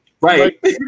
Right